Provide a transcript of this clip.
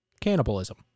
cannibalism